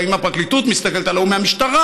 וההיא מהפרקליטות מסתכלת על ההוא מהמשטרה,